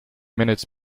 minutes